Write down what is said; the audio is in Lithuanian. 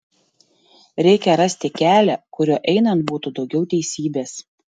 reikia rasti kelią kuriuo einant būtų daugiau teisybės